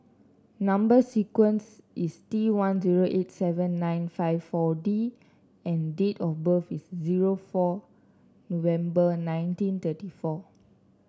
number sequence is T one zero eight seven nine five four D and date of birth is zero four November nineteen thirty four